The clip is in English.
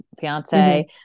fiance